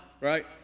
right